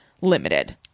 limited